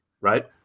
right